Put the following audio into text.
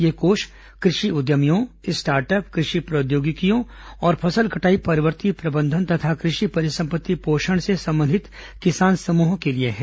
ये कोष कृषि उद्यमियों स्टार्टअप कृषि प्रौद्योगिकियों और फसल कटाई परवर्ती प्रबंधन तथा कृषि परिसम्पत्ति पोषण से संबंधित किसान समूहों के लिए हैं